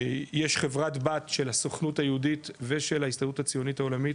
יש חברת בת של הסוכנות היהודית ושל ההסתדרות הציונית העולמית